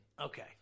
Okay